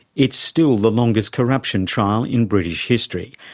it's still the longest corruption trial in british history,